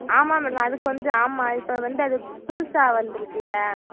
ஆமாம் மேடம் அது கொஞ்சம் ஆமாம் இப்போ வந்து அது புதுசாக வந்துருக்குல்ல